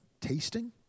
tasting